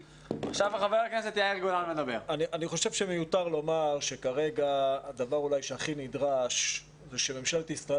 אני חושב שמיותר לומר שכרגע הדבר הכי נדרש הוא שממשלת ישראל